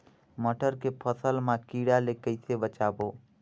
मटर के फसल मा कीड़ा ले कइसे बचाबो?